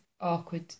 awkward